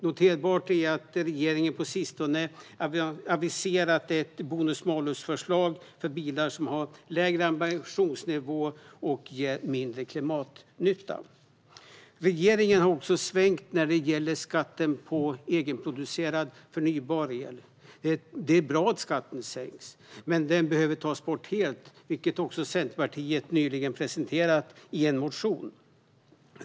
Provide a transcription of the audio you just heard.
Noterbart är att regeringen på sistone har aviserat ett bonus-malus-förslag för bilar som har lägre ambitionsnivå och ger mindre klimatnytta. Regeringen har svängt när det gäller skatten på egenproducerad förnybar el. Det är bra att skatten sänks, men den behöver tas bort helt, vilket också Centerpartiet nyligen har fört fram i en motion.